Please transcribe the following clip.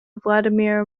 vladimir